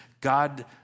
God